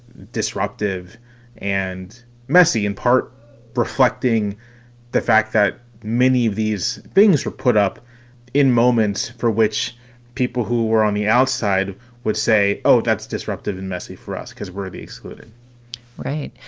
disruptive and messy, in part reflecting the fact that many of these things were put up in moments for which people who were on the outside would say, oh, that's disruptive and messy for us because we're the excluded right.